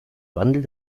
wandel